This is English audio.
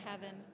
heaven